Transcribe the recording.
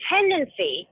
tendency